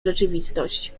rzeczywistość